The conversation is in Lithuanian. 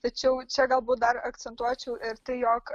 tačiau čia galbūt dar akcentuočiau ir tai jog